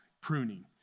pruning